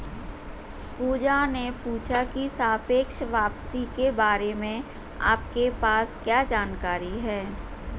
पूजा ने पूछा की सापेक्ष वापसी के बारे में आपके पास क्या जानकारी है?